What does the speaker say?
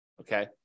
Okay